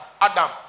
Adam